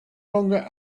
longer